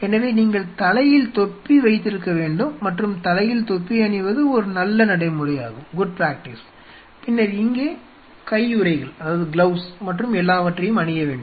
எனவே நீங்கள் தலையில் தொப்பி வைத்திருக்க வேண்டும் மற்றும் தலையில் தொப்பி அணிவது ஒரு நல்ல நடைமுறையாகும் பின்னர் இங்கே கையுறைகள் மற்றும் எல்லாவற்றையும் அணிய வேண்டும்